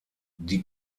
die